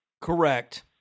correct